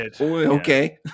okay